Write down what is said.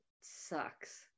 sucks